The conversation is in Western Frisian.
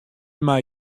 mei